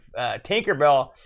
Tinkerbell